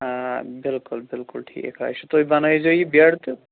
آ بِلکُل بِلکُل ٹھیٖک حظ چھُ تُہۍ بَنٲوِزیٚو یہِ بیڈ تہٕ